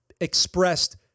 expressed